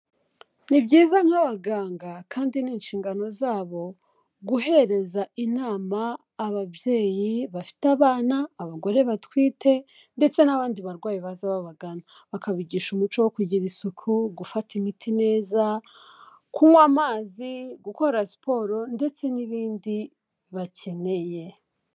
Ni byiza nk'abaganga kandi ni inshingano zabo, guhereza inama ababyeyi bafite abana, abagore batwite ndetse n'abandi barwayi baza babaganga. Bakabigisha umuco wo kugira isuku, gufata imiti neza, kunywa amazi, gukora siporo ndetse n'ibindi bakeneye.